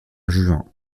juin